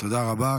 תודה רבה.